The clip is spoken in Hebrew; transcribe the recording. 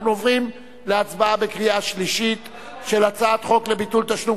אנחנו עוברים להצבעה בקריאה שלישית של הצעת חוק לביטול תשלום